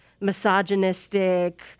misogynistic